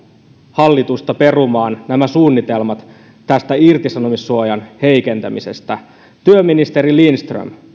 hallitusta perumaan nämä suunnitelmat tästä irtisanomissuojan heikentämisestä työministeri lindström